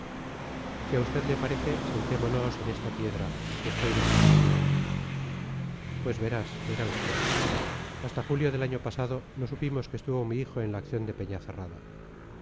si a usted le parece sentémonos en esta piedra que estoy desfallecido pues verás verá usted hasta julio del año pasado no supimos que estuvo mi hijo en la acción de